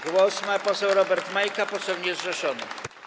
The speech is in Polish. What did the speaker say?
Głos ma poseł Robert Majka, poseł niezrzeszony.